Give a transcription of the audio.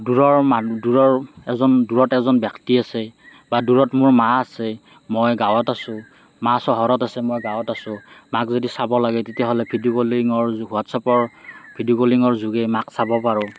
দূৰৰ মানুহ দূৰৰ এজন দূৰত এজন ব্যক্তি আছে বা দূৰত মোৰ মা আছে মই গাঁৱত আছোঁ মা চহৰত আছে মই গাঁৱত আছোঁ মাক যদি চাব লাগে তেতিয়াহ'লে ভিডিঅ' কলিঙৰ হোৱাট্চআপৰ ভিডিঅ' কলিঙৰ যোগে মাক চাব পাৰোঁ